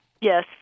Yes